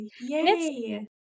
Yay